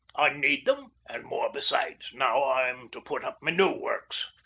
i need them, and more besides, now i'm to put up me new works.